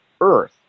earth